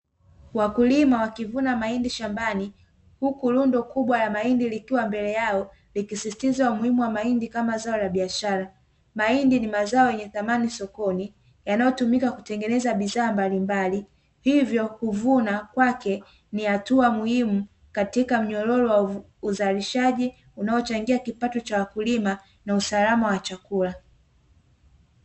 Wakulima wakivuna mahindi shambani, huku rundo kubwa la mahindi likiwa mbele yao, likisisitiza umuhimu wa mahindi kama zao la biashara. Mahindi ni mazao yenye thamani sokoni, yanayotumika kutengeneza bidhaa mbalimbali. Hivyo, kuvuna kwake ni hatua muhimu katika mnyororo wa uzalishaji unaochangia kipato cha wakulima na usalama wa chakula.